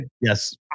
Yes